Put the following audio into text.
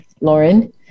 Lauren